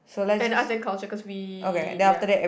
and arts and culture cause we ya